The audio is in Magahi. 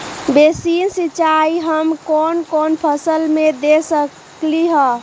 बेसिन सिंचाई हम कौन कौन फसल में दे सकली हां?